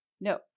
No